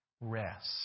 rest